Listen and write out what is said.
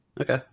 okay